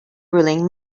ruling